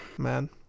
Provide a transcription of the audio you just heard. man